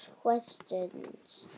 questions